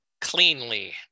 cleanly